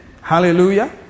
Hallelujah